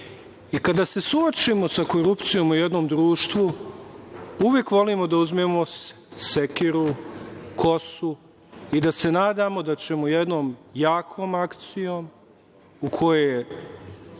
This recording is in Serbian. Kada se suočimo sa korupcijom u jednom društvu, uvek volimo da uzmemo sekiru, kosu i da se nadamo da ćemo jednom jakom akcijom u kojoj